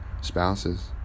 spouses